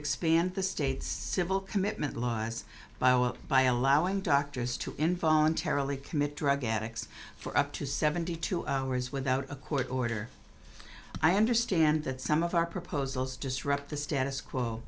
expand the state's civil commitment laws by allowing doctors to in voluntarily commit drug addicts for up to seventy two hours without a court order i understand that some of our proposals disrupt the status quo